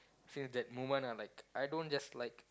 since that moment I'm like I don't just like